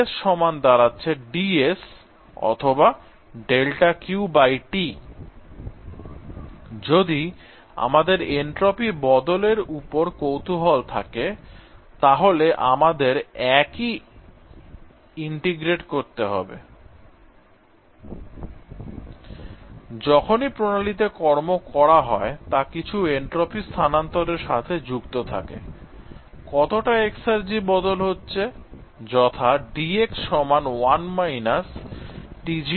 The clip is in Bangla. dS সমান দাঁড়াচ্ছে যদি আমাদের এনট্রপি বদল এর উপর কৌতুহল থাকে তাহলে আমাদের একই ইন্টিগ্রেট করতে হবে I যখনই প্রণালীতে কর্ম করা হয় তা কিছু এনট্রপি স্থানান্তরের সাথে যুক্ত থাকে I কতটা এক্সার্জি বদল হচ্ছে